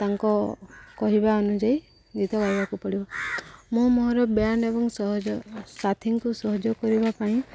ତାଙ୍କ କହିବା ଅନୁଯାୟୀ ଗୀତ ଗାଇବାକୁ ପଡ଼ିବ ମୁଁ ମୋର ବ୍ୟାଣ୍ଡ ଏବଂ ସହଜ ସାଥିଙ୍କୁ ସହଯୋଗ କରିବା ପାଇଁ